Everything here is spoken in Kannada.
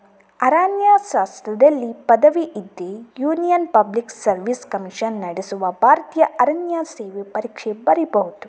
ಅರಣ್ಯಶಾಸ್ತ್ರದಲ್ಲಿ ಪದವಿ ಇದ್ರೆ ಯೂನಿಯನ್ ಪಬ್ಲಿಕ್ ಸರ್ವಿಸ್ ಕಮಿಷನ್ ನಡೆಸುವ ಭಾರತೀಯ ಅರಣ್ಯ ಸೇವೆ ಪರೀಕ್ಷೆ ಬರೀಬಹುದು